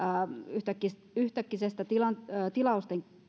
yhtäkkisistä yhtäkkisistä tilausten tilausten